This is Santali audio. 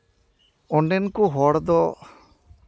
ᱚᱸᱰᱮᱱ ᱠᱚ ᱦᱚᱲ ᱫᱚ